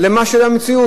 לבין המציאות.